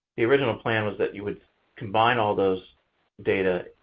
the original plan was that you would combine all those data,